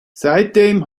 seitdem